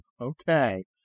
Okay